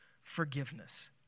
forgiveness